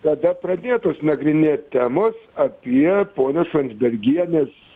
tada pradėtos nagrinėt temos apie ponios landsbergienės